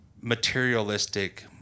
materialistic